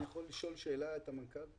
אני יכול לשאול שאלה את המנכ"ל?